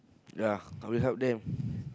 ya I will help them